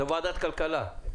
זאת ועדת הכלכלה.